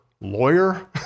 lawyer